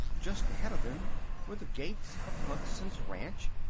just ahead of them were the gates of hugson's ranch,